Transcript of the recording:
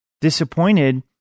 disappointed